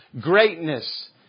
Greatness